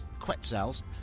Quetzals